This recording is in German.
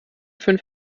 fünf